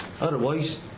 otherwise